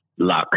luck